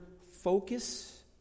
focus